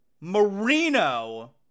Marino